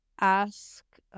ask